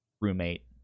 roommate